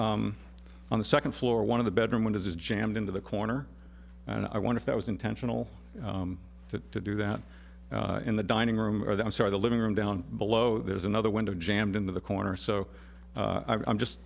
now on the second floor one of the bedroom windows is jammed into the corner and i want to that was intentional to to do that in the dining room or the i'm sorry the living room down below there's another window jammed into the corner so i'm just